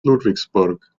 ludwigsburg